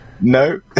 No